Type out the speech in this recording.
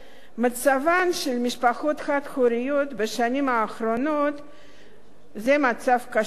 מצבן של משפחות חד-הוריות בשנים האחרונות קשה מאוד.